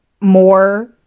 more